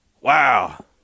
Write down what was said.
Wow